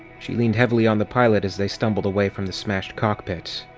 she leaned heavily on the pilot as they stumbled away from the smashed cockpit.